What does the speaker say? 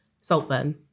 saltburn